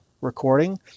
recording